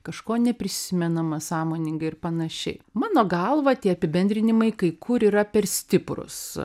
kažko neprisimenama sąmoningai ir panašiai mano galva tie apibendrinimai kai kur yra per stiprūs